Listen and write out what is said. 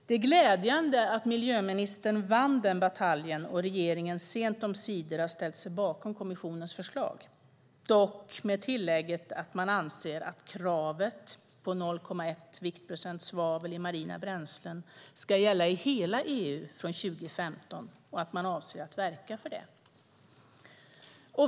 Det är glädjande att miljöministern vann den bataljen, och regeringen har sent omsider ställt sig bakom kommissionens förslag - dock med tillägget att man anser att kravet på 0,1 viktprocent svavel i marina bränslen ska gälla i hela EU från 2015 och att man avser att verka för det.